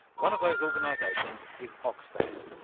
one of those organisations is oxfam,